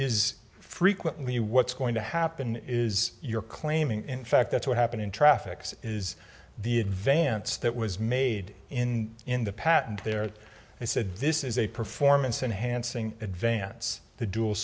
is frequently what's going to happen is you're claiming in fact that's what happened in traffic's is the advance that was made in in the patent there they said this is a performance enhancing advance the dual